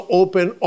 open